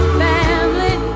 family